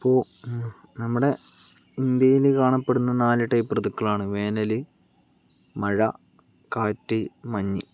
ഇപ്പോൾ നമ്മുടെ ഇന്ത്യയില് കാണപ്പെടുന്ന നാലു ടൈപ്പ് ഋതുക്കളാണ് വേനല് മഴ കാറ്റ് മഞ്ഞ്